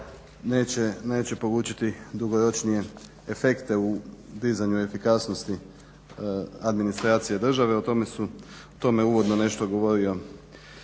neće polučiti dugoročnije efekte u dizanju efikasnosti administracije države. U tome je uvodno nešto govorio